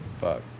Fuck